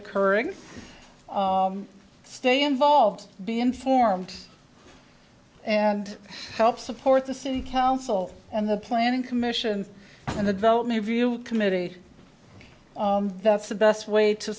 occurring stay involved be informed and help support the city council and the planning commission and the development of you committee that's the best way to